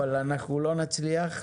אבל אנחנו לא נצליח.